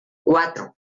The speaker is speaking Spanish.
cuatro